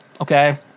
okay